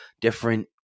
different